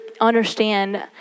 Understand